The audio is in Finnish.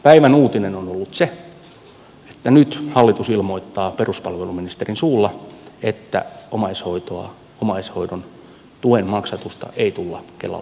päivän uutinen on ollut se että nyt hallitus ilmoittaa peruspalveluministerin suulla että omaishoidon tuen maksatusta ei tulla kelalle siirtämään